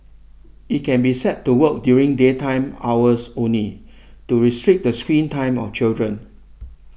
it can be set to work during daytime hours only to restrict the screen time of children